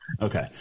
Okay